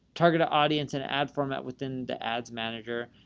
targeted audience and ad format within the ads manager.